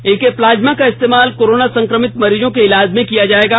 इनके प्लाज्मा का इस्तेमाल कोरोना संक्रमित मरीजों के इलाज में किया जाएगा